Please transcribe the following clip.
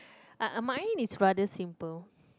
mine is rather simple